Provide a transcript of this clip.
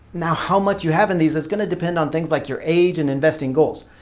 now how much you have in these is going to depend on things like your age and investing goals.